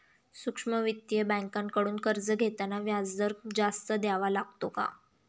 सूक्ष्म वित्तीय बँकांकडून कर्ज घेताना व्याजदर जास्त द्यावा लागतो का?